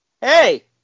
Hey